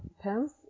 pens